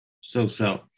so-so